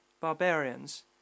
barbarians